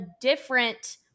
different